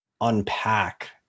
unpack